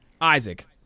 Isaac